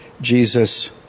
Jesus